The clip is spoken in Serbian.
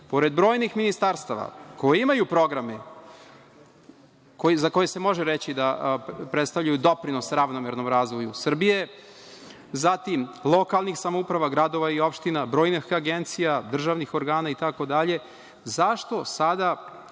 pored brojnih ministarstava koja imaju programe za koje se može reći da predstavljaju doprinos ravnomernom razvoju Srbije, zatim lokalnih samouprava, gradova i opština, brojnih agencija, državnih organa itd, zašto sada